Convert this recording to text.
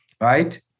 right